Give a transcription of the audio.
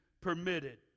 permitted